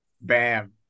Bam